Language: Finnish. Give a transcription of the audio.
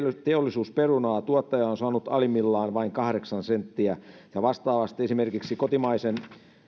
teollisuusperunaa tuottaja on on saanut alimmillaan vain kahdeksan senttiä ja vastaavasti esimerkiksi kotimaisen